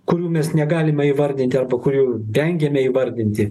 kurių mes negalime įvardyti arba kurių vengiame įvardinti